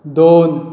दोन